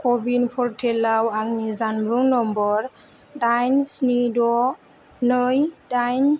क' विन पर्टेलाव आंनि जानबुं नम्बर दाइन स्नि द' नै दाइन